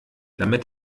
damit